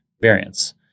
variants